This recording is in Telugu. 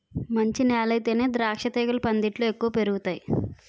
మంచి నేలయితేనే ద్రాక్షతీగలు పందిట్లో ఎక్కువ పెరుగతాయ్